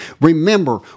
Remember